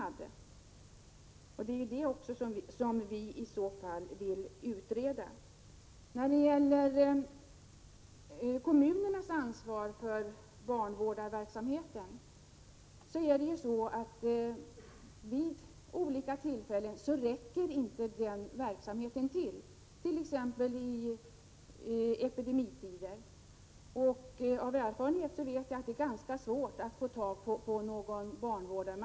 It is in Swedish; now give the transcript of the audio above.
Sådana saker måste vi också utreda. Kommunernas ansvar för barnvårdarverksamheten räcker inte alltid till, t.ex. i epidemitider. Av erfarenhet vet vi att det är ganska svårt att få tag i någon barnvårdare.